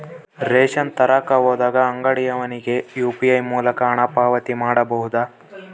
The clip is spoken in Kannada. ರೇಷನ್ ತರಕ ಹೋದಾಗ ಅಂಗಡಿಯವನಿಗೆ ಯು.ಪಿ.ಐ ಮೂಲಕ ಹಣ ಪಾವತಿ ಮಾಡಬಹುದಾ?